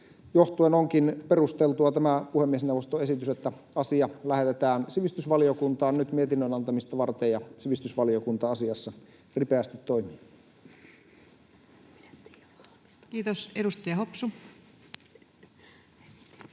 johtuen onkin perusteltu tämä puhemiesneuvoston esitys, että asia lähetetään sivistysvaliokuntaan nyt mietinnön antamista varten ja sivistysvaliokunta asiassa ripeästi toimii. Kiitos. — Edustaja Hopsu.